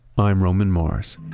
i'm roman mars